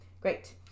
Great